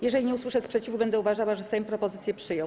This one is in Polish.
Jeżeli nie usłyszę sprzeciwu, będę uważała, że Sejm propozycję przyjął.